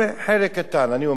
חלק קטן, אני אומר לכם.